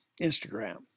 Instagram